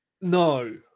No